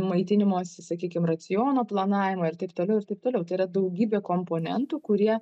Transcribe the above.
maitinimosi sakykim raciono planavimą ir taip toliau ir taip toliau tai yra daugybė komponentų kurie